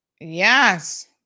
Yes